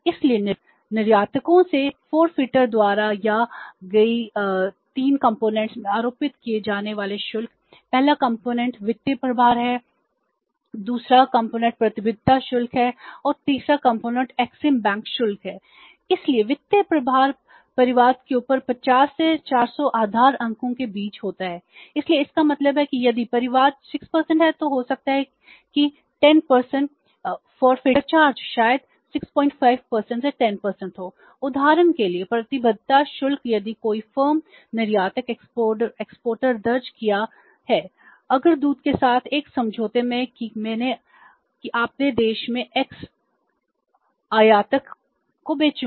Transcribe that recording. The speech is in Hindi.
इसलिए निर्यातकों से फॉरेफिटर को बेचूंगा